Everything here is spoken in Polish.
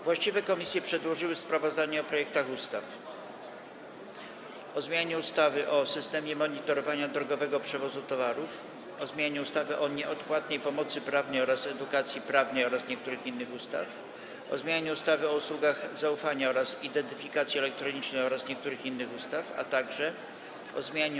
Właściwe komisje przedłożyły sprawozdania o projektach ustaw: - o zmianie ustawy o systemie monitorowania drogowego przewozu towarów, - o zmianie ustawy o nieodpłatnej pomocy prawnej oraz edukacji prawnej oraz niektórych innych ustaw, - o zmianie ustawy o usługach zaufania oraz identyfikacji elektronicznej oraz niektórych innych ustaw, - o zmianie